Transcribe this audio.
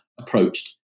approached